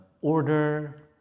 order